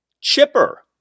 chipper